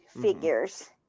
figures